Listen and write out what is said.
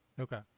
Okay